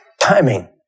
timing